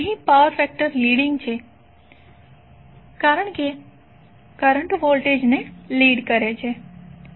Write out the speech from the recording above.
અહીં power factor leading છે કારણ કે કરંટ વોલ્ટેજ ને લીડ કરે છે